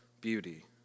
beauty